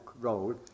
role